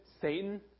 Satan